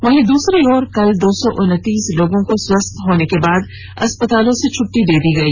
वहीं दूसरी ओर कल दो सौ उन्तीस लोगों को स्वस्थ होने के बाद अस्पतालों से छट्टी दे दी गई